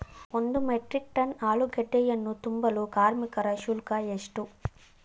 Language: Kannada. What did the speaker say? ಒಂದು ಮೆಟ್ರಿಕ್ ಟನ್ ಆಲೂಗೆಡ್ಡೆಯನ್ನು ತುಂಬಲು ಕಾರ್ಮಿಕರ ಶುಲ್ಕ ಎಷ್ಟು?